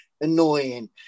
annoying